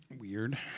Weird